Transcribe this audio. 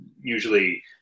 usually